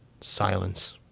Silence